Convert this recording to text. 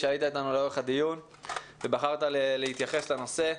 שהיית איתנו לאורך הדיון ובחרת להתייחס לנושא.